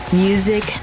music